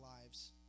lives